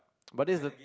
but this is a